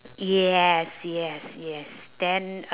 yes yes yes then